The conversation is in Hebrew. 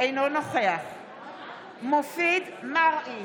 אינו נוכח מופיד מרעי,